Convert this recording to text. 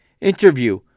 interview